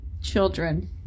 children